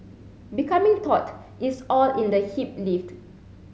becoming taut is all in the hip lift